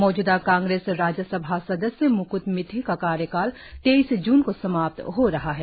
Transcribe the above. मौजूदा कांग्रेस राज्य सभा सदस्य म्क्त मिथि का कार्यकाल तेईस जून को समाप्त हो रहा है